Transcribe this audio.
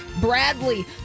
Bradley